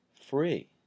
free